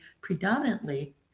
predominantly